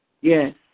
Yes